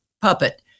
Puppet